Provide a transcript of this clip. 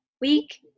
Week